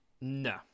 No